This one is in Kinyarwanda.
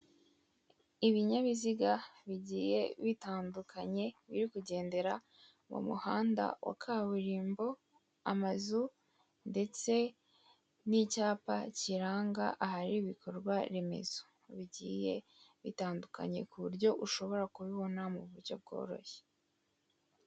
Ibinyabiziga bigiye bitandukanye biri kugendera mu muhanda wa kaburimbo, amazu ndetse n'icyapa kiranga ahari ibikorwa remezo bigiye bitandukanye, kuburyo ushobora kubibona mu buryo bworoshye.